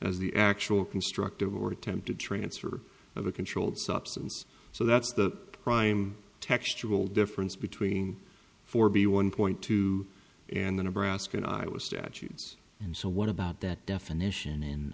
as the actual constructive or attempted transfer of a controlled substance so that's the prime textual difference between four b one point two and the nebraskan i was statutes and so what about that definition in